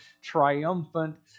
triumphant